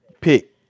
pick